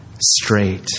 straight